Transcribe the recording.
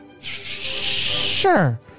sure